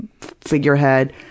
Figurehead